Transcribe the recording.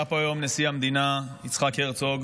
היה פה היום נשיא המדינה יצחק הרצוג,